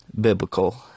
biblical